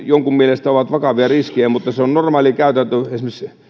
jonkun mielestä ovat vakavia riskejä se on normaali käytäntö esimerkiksi